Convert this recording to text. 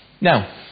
Now